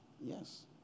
Yes